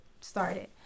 started